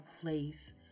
place